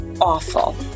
awful